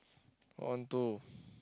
one two